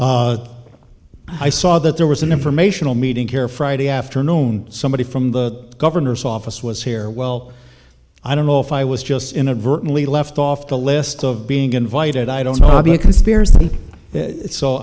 i saw that there was an informational meeting here friday afternoon somebody from the governor's office was here well i don't know if i was just inadvertently left off the list of being invited i don't hobby a conspiracy so